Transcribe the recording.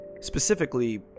Specifically